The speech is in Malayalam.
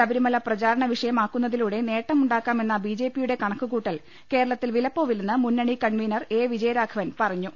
ശബരിമല പ്രചാ രണവിഷയമാക്കുന്നതിലൂടെ നേട്ടമുണ്ടാക്കാമെന്ന ബി ജെ പിയുടെ കണക്കുകൂട്ടൽ കേരളത്തിൽ വിലപ്പോവില്ലെന്ന് മുന്നണി കൺവീനർ എ വിജയരാഘവൻ പറഞ്ഞു